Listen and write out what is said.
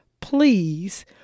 please